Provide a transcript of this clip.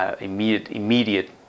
immediate